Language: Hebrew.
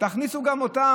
תכניסו גם אותם.